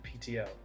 PTO